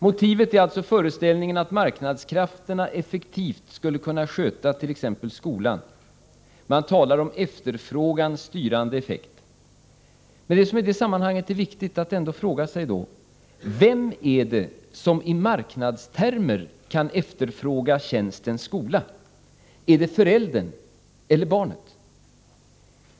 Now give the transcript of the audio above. Motivet är föreställningen att marknadskrafterna effektivt skulle kunna sköta t.ex. skolan. Man talar alltså om efterfrågans styrande effekt. Men i det sammanhanget är det viktigt att fråga sig: Vem är det som i marknadstermer kan efterfråga tjänsten skola? Föräldern eller barnet?